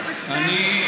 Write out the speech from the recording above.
זה בסדר.